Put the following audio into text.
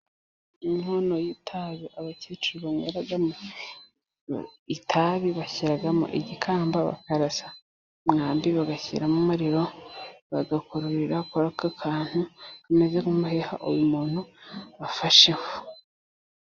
Inkono y'itabi abakecuru banywera mu itabi bashyiramo igikamba bakarasa umwambi, bagashyiramo umuriro bagakururira kuri aka kantu kameze nk'umuheha uyu muntu afasheho.